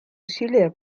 усилия